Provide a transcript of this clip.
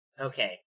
Okay